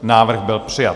Návrh byl přijat.